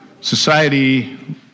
society